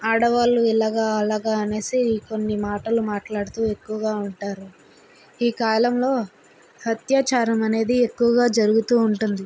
ఆడవాళ్ళు ఇలాగ అలాగ అనేసి కొన్ని మాటలు మాట్లాడుతూ ఎక్కువగా ఉంటారు ఈ కాలంలో అత్యాచారం అనేది ఎక్కువగా జరుగుతూ ఉంటుంది